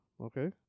Okay